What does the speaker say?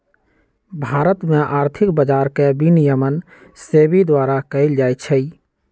भारत में आर्थिक बजार के विनियमन सेबी द्वारा कएल जाइ छइ